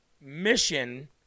mission